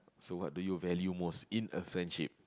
so what do you value most in a friendship